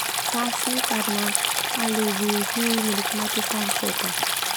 Tasi karna au lebih hi menikmati sunset.